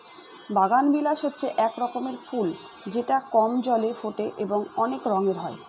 বাগানবিলাস হচ্ছে এক রকমের ফুল যেটা কম জলে ফোটে এবং অনেক রঙের হয়